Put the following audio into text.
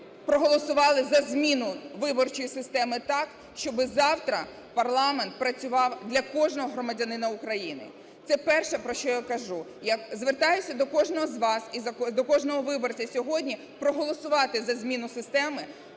проголосували за зміну виборчої системи так, щоб завтра парламент працював для кожного громадянина України. Це перше, про що я кажу. Я звертаюся до кожного з вас і до кожного виборця: сьогодні проголосувати за зміну системи,